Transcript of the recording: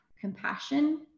compassion